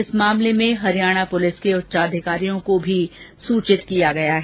इस मामले में हरियाणा पुलिस के उच्चाधिकारियों को भी सूचित किया गया है